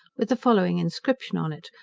with the following inscription on it,